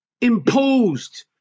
imposed